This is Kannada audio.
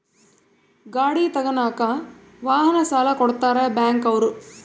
ಗಾಡಿ ತಗನಾಕ ವಾಹನ ಸಾಲ ಕೊಡ್ತಾರ ಬ್ಯಾಂಕ್ ಅವ್ರು